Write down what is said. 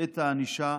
את הענישה